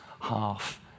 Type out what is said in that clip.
half